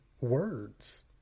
words